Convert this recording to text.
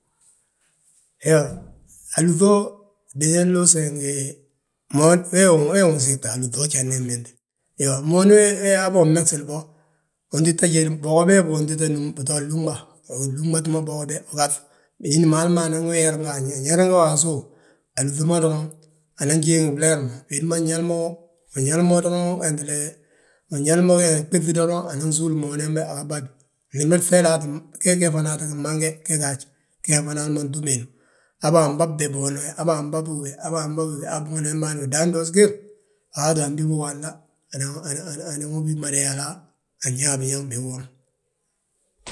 Iyoo, alúŧi wo bima nluuse ngi moon, wee wi nsiigte alúŧi wo jandi inbinte; Iyoo mooni we, we habo wi mesil bo, untita jédi bogo bee bi, untita núm bitoo lunɓa, ulunɓat mo bogo be, ugaŧ, binín ma hali ma, hali ma anan wi yerega, yerega wa asów. Alúŧi ma doroŋ, anan jiiabiŋ bleer, wédi ma nyaal mo win yaal mo doroŋ wentele. Win yali ma ɓéŧ, unan súl unan wi ɓab, glimbiri gŧeele, ge ge fana tti mange, ge gaaj, gee fana hali ma ntúm hemma. Habo anɓabti mooni we, habe anɓabiwi be, habe anɓabiwi be han nú dan soosi gir, a waate anbi bi wi walla. Anan wi bi mada yala, anyaa biñaŋ biwom.